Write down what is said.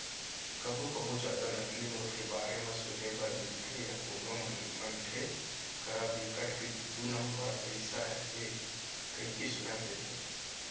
कभू कभू जादा नकली नोट के बारे म सुने बर मिलथे या कोनो मनसे करा बिकट के दू नंबर पइसा हे कहिके सुनई देथे